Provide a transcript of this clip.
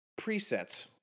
Presets